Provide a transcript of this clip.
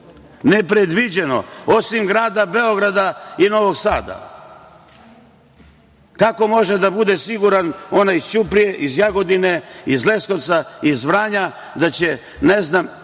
nepredviđeno, osim grada Beograda i Novog Sada. Kako može da bude siguran onaj iz Ćuprije, iz Jagodine, iz Leskovca, iz Vranja, da će, ne znam,